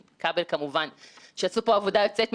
הוועדה הזאת באמת הוכחה עד כמה הכנסת ירדנה